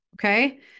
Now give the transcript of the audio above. okay